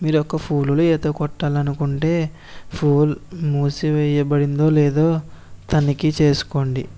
మీరొక్క ఫూలులో ఈత కొట్టాలంటే ఫూల్ మూసి వేయబడిందో లేదో తనిఖీ చేసుకోండి